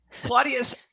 Claudius